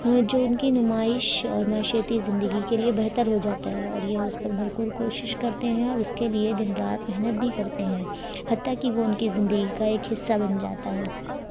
وہ جو ان کی نمائش اور معاشرتی زندگی کے لیے بہتر ہو جاتا ہے اور یہ اس پر بھرپور کوشش کرتے ہیں اور اس کے لیے دن رات محنت بھی کرتے ہیں حتی کہ وہ ان کی زندگی کا ایک حصہ بن جاتا ہے